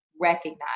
recognize